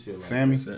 Sammy